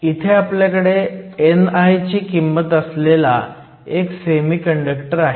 तर इथे आपल्याकडे ni ची किंमत असलेला एक सेमीकंडक्टर आहे